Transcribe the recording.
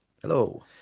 Hello